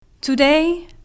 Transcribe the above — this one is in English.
Today